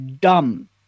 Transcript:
dumb